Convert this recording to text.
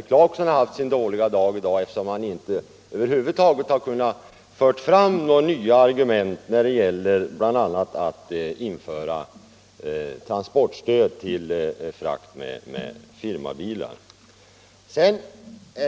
Clarkson måtte ha sin dåliga dag i dag, eftersom han över huvud taget inte har kunnat föra fram några nya argument bl.a. för införandet av transportstöd till frakt med firmabilar.